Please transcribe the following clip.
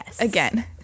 Again